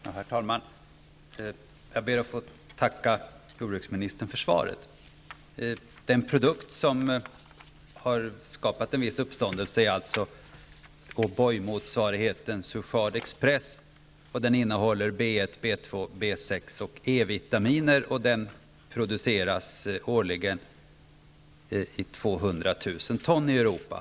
Herr talman! Jag ber att få tacka jordbruksministern för svaret. Den produkt som har skapat en viss uppståndelse är alltså O'Boymotsvarigheten Suchard Express som innehåller B1-, B2-, B6 och E-vitaminer. Den produceras årligen i 200 000 ton i Europa.